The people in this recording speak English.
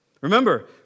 Remember